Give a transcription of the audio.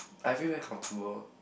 I feel very comfortable